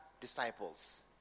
disciples